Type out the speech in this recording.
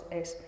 es